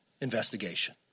investigation